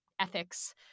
ethics